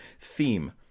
theme